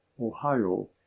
Ohio